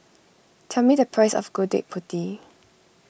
tell me the price of Gudeg Putih